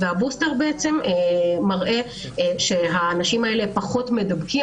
והבוסטר מראה שהאנשים האלה פחות מדבקים,